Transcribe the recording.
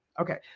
Okay